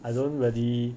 I don't really